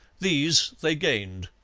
these they gained.